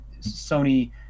Sony